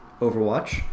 Overwatch